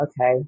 okay